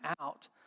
out